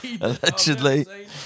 Allegedly